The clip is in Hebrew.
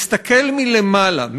מסתכל מלמעלה,